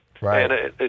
Right